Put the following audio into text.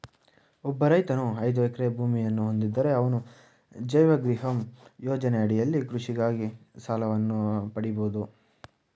ಒಬ್ಬ ರೈತನು ಐದು ಎಕರೆ ಭೂಮಿಯನ್ನ ಹೊಂದಿದ್ದರೆ ಅವರು ಜೈವ ಗ್ರಿಹಮ್ ಯೋಜನೆ ಅಡಿಯಲ್ಲಿ ಕೃಷಿಗಾಗಿ ಸಾಲವನ್ನು ಪಡಿಬೋದು